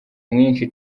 mwinshi